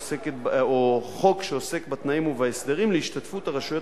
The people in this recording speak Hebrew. חוק שעוסק בתנאים ובהסדרים להשתתפות הרשויות